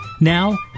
Now